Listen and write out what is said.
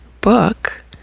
book